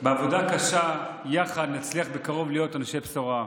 בעבודה קשה יחד נצליח בקרוב להיות אנשי בשורה.